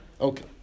Okay